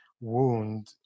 wound